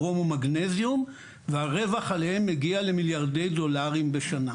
ברום ומגנזיום והרווח עליהם מגיע למיליארדי דולרים בשנה.